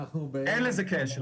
אין לזה קשר.